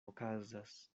okazas